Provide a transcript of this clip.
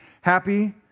Happy